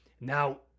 Now